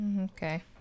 Okay